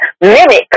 mimic